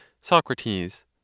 Socrates